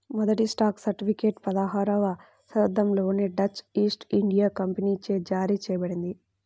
మొదటి stock certificate పదహారవ శతాబ్దంలోనే డచ్ ఈస్ట్ ఇండియా కంపెనీచే జారీ చేయబడింది